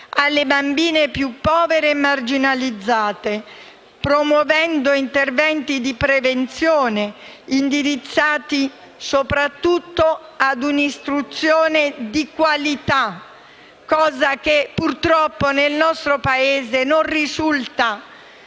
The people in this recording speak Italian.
alle bambine più povere e marginalizzate, promuovendo interventi di prevenzione indirizzati soprattutto a un'istruzione di qualità, cosa che purtroppo, nel nostro Paese, non risulta